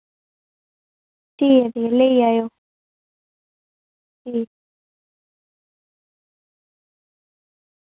ठीक ऐ ठीक ऐ लेई जाएओ